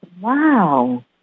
Wow